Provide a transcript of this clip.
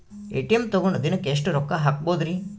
ATM ತಗೊಂಡ್ ದಿನಕ್ಕೆ ಎಷ್ಟ್ ರೊಕ್ಕ ಹಾಕ್ಬೊದ್ರಿ?